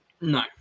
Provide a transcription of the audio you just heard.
no